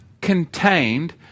contained